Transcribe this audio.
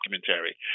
documentary